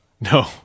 No